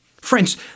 friends